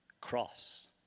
cross